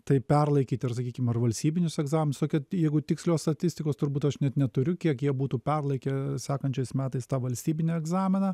tai perlaikyti ir sakykim ar valstybinius egzaminus kad jeigu tikslios statistikos turbūt aš net neturiu kiek jie būtų perlaikę sekančiais metais tą valstybinį egzaminą